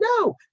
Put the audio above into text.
no